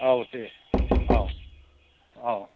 औ दे औ औ